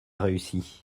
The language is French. réussi